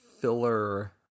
filler